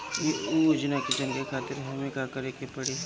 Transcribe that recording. उ योजना के जानकारी के खातिर हमके का करे के पड़ी?